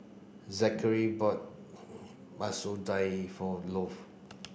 Zackary bought Masoor Dal for